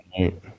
right